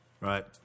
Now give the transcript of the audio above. right